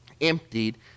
emptied